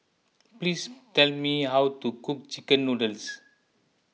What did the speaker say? please tell me how to cook Chicken Noodles